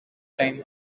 time